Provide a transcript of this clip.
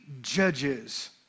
judges